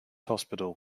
hospital